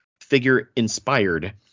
figure-inspired